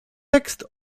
tekst